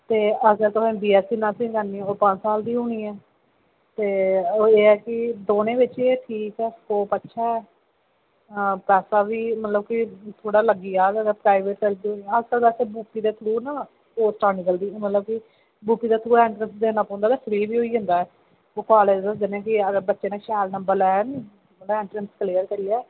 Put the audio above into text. अगर तुसे BSc nursing करनी ओह् तीन साल दी होनी ते एह् ऐ की दोनो बिच स्कोप अच्छा ऐ ते थोह्ड़ा मता लग्गी जान ते अस ना एह् मतलब की देना पौंदा ना फ्री बी होई जंदा अगर बच्चे नै शैल नंबर ले ना ते ओह् एंट्रैस क्लीयर करियै